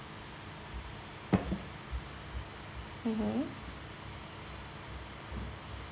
mmhmm